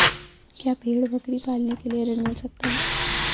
क्या भेड़ बकरी पालने के लिए ऋण मिल सकता है?